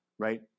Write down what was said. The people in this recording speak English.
right